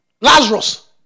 Lazarus